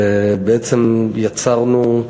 ובעצם יצרנו,